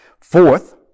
Fourth